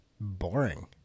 boring